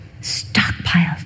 Stockpile